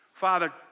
Father